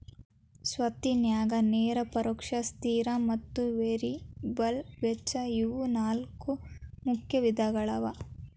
ಸ್ವತ್ತಿನ್ಯಾಗ ನೇರ ಪರೋಕ್ಷ ಸ್ಥಿರ ಮತ್ತ ವೇರಿಯಬಲ್ ವೆಚ್ಚ ಇವು ನಾಲ್ಕು ಮುಖ್ಯ ವಿಧಗಳವ